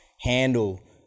handle